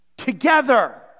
together